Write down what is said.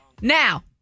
Now